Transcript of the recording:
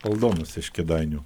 aldonos iš kėdainių